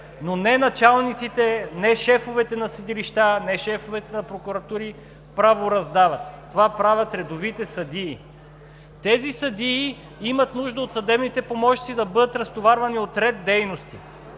но не началниците, не шефовете на съдилища, не шефовете на прокуратури правораздават. Това правят редовите съдии. Тези съдии имат нужда от съдебните помощници – да бъдат разтоварвани от ред дейности.